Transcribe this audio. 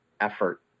effort